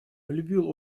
любил